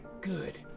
Good